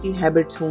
habits